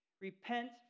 Repent